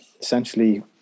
essentially